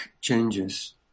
changes